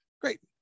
Great